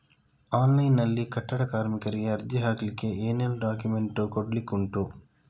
Online ನಲ್ಲಿ ಕಟ್ಟಡ ಕಾರ್ಮಿಕರಿಗೆ ಅರ್ಜಿ ಹಾಕ್ಲಿಕ್ಕೆ ಏನೆಲ್ಲಾ ಡಾಕ್ಯುಮೆಂಟ್ಸ್ ಕೊಡ್ಲಿಕುಂಟು?